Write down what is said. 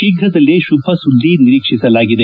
ಶೀಘದಲ್ಲೇ ಶುಭ ಸುದ್ದಿ ನಿರೀಕ್ಷಿಸಲಾಗಿದೆ